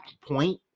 point